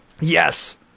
yes